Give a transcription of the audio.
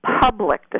public